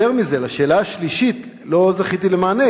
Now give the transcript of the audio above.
יותר מזה, על השאלה השלישית לא זכיתי למענה.